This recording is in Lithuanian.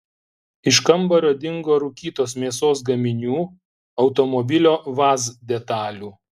iš kambario dingo rūkytos mėsos gaminių automobilio vaz detalių